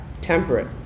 temperate